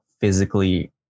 physically